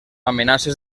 amenaces